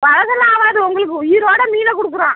பலசெல்லாம் ஆகாது உங்களுக்கு உயிரோடய மீனை கொடுக்குறோம்